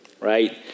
right